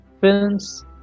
films